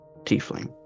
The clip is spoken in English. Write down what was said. tiefling